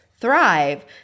thrive